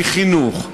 מחינוך,